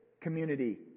Community